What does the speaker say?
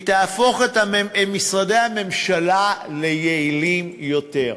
היא תהפוך את משרדי הממשלה ליעילים יותר,